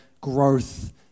growth